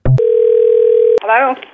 Hello